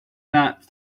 not